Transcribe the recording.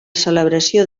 celebració